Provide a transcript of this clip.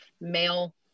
male